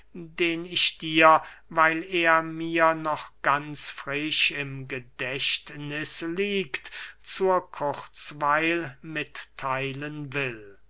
den ich dir weil er mir noch ganz frisch im gedächtniß liegt zur kurzweil mittheilen will